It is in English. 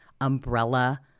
umbrella